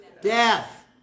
death